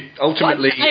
Ultimately